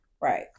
Right